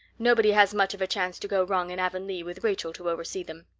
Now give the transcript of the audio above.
nobody has much of a chance to go wrong in avonlea with rachel to oversee them.